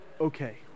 okay